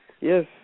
Yes